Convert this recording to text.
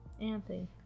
Anthony